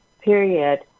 period